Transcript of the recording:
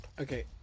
Okay